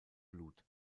blut